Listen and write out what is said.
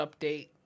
update